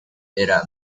era